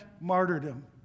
martyrdom